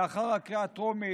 לאחר הקריאה הטרומית,